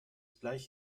bleich